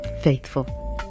faithful